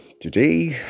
Today